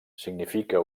significa